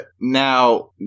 Now